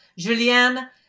Julianne